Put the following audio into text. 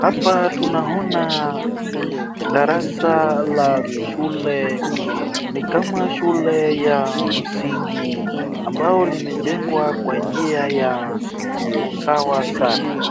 Hapa tunaona darasa la shule, ni kama shule ya msingi ambalo limejengwa kwa njia ya usawa sana.